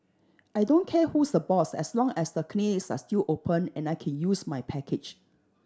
I don't care who's the boss as long as the clinics are still open and I can use my package